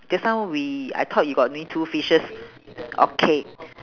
just now we I thought you got only two fishes okay